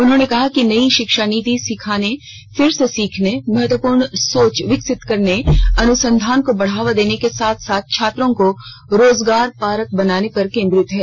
उन्होंने कहा कि नई शिक्षा नीति सीखने फिर से सीखने महत्वपूर्ण सोच विकसित करने अनुसंधान को बढ़ावा देने के साथ साथ छात्रों को रोजगारपरक बनाने पर केंद्रित है